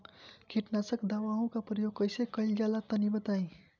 कीटनाशक दवाओं का प्रयोग कईसे कइल जा ला तनि बताई?